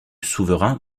souverain